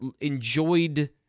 enjoyed